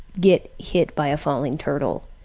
get hit by a falling turtle.